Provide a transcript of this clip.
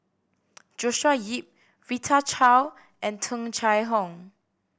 Joshua Ip Rita Chao and Tung Chye Hong